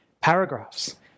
paragraphs